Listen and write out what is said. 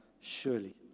surely